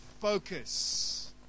focus